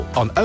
on